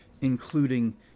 including